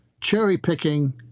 cherry-picking